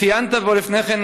ציינת כבר לפני כן,